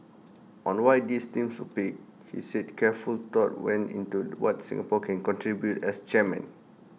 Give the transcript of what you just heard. on why these themes were picked he said careful thought went into what Singapore can contribute as chairman